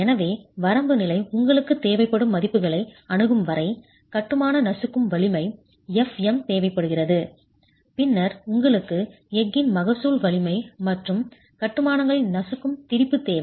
எனவே வரம்பு நிலை உங்களுக்குத் தேவைப்படும் மதிப்புகளை அணுகும் வரை கட்டுமான நசுக்கும் வலிமை f'm தேவைப்படுகிறது பின்னர் உங்களுக்கு எஃகின் மகசூல் வலிமை மற்றும் கட்டுமானங்களில் நசுக்கும் திரிபு தேவை